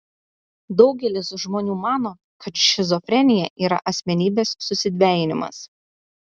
daugelis žmonių mano kad šizofrenija yra asmenybės susidvejinimas